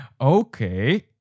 Okay